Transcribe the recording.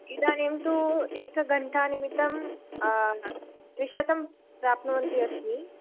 इदानीं तु एकघण्टानिमित्तं द्विशतं प्राप्नुवन्ती अस्मि